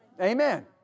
Amen